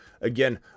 Again